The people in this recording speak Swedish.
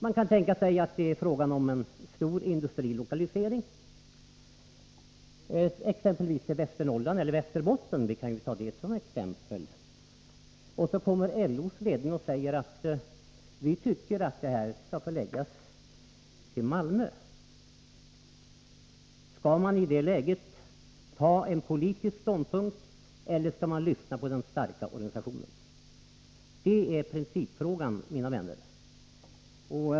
Man kan tänka sig att det är fråga om en stor 121 industrilokalisering, exempelvis i Västernorrland eller i Västerbotten — vi kan ta det som exempel. Då kommer LO:s ledning och säger att man tycker att denna industri skall förläggas till Malmö. Skall man i det läget ta en politisk ståndpunkt eller skall man lyssna till den starka organisationen? Det är principfrågan, mina vänner.